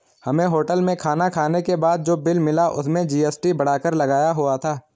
हमें होटल में खाना खाने के बाद जो बिल मिला उसमें जी.एस.टी बढ़ाकर लगाया हुआ था